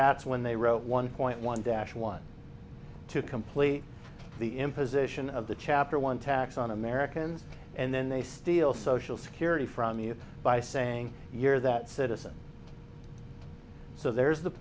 that's when they wrote one point one dash one to complete the imposition of the chapter one tax on americans and then they steal social security from you by saying you're that citizen so there's the